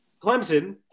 Clemson –